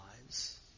lives